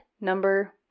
number